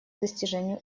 достижению